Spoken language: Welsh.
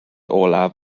olaf